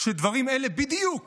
שדברים אלה בדיוק